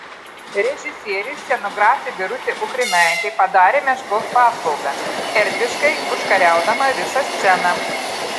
režisieriui scenografė birutė ukrinaitė padarė meškos paslaugą erdviškai užkariaudama visą sceną